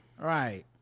right